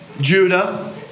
Judah